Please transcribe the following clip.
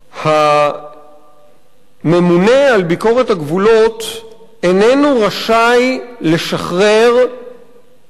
הממונה על ביקורת הגבולות איננו רשאי לשחרר את